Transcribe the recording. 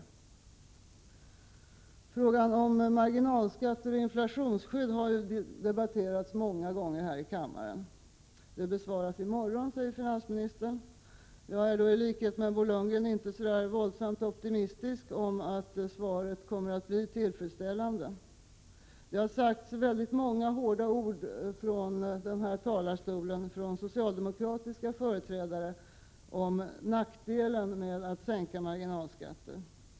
81 Frågan om marginalskattens inflationsskydd har debatterats många gånger här i kammaren. Den frågan besvaras i den kompletteringsproposition som kommer att framläggas i morgon, säger finansministern. I likhet med Bo Lundgren är jag inte så där våldsamt optimistisk att jag tror att svaret kommer att bli tillfredsställande. Socialdemokratiska företrädare har från denna talarstol sagt många hårda ord om nackdelen med att sänka marginalskatterna.